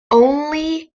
only